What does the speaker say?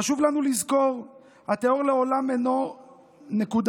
חשוב לנו לזכור, הטרור לעולם אינו נקודתי.